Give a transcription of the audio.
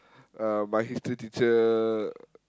uh my history teacher